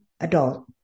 adult